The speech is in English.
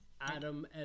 Adam